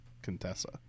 Contessa